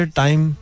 time